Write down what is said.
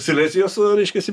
silezijos reiškiasi